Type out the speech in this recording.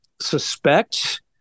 suspect